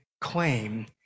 claim